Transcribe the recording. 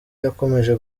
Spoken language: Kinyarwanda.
yakomeje